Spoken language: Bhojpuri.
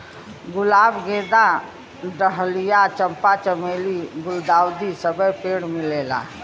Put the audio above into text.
गुलाब गेंदा डहलिया चंपा चमेली गुल्दाउदी सबे पेड़ मिलेला